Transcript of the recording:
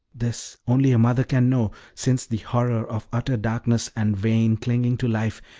this only a mother can know, since the horror of utter darkness, and vain clinging to life,